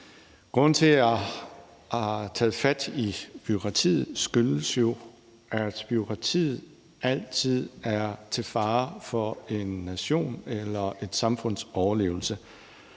Grunden til, at jeg har taget fat i bureaukratiet, er jo, at bureaukratiet altid er til fare for en nations eller et samfunds overlevelse.